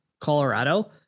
Colorado